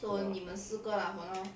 ya